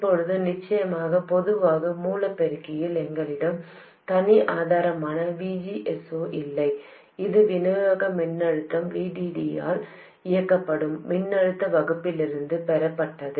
இப்போது நிச்சயமாக பொதுவான மூல பெருக்கியில் எங்களிடம் தனி ஆதாரமான VGS0 இல்லை இது விநியோக மின்னழுத்த VDD ஆல் இயக்கப்படும் மின்னழுத்த வகுப்பிலிருந்து பெறப்பட்டது